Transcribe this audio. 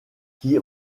qui